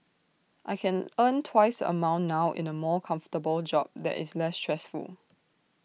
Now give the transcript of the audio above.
I can earn twice the amount now in A more comfortable job that is less stressful